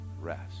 rest